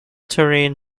terrain